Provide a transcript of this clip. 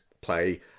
play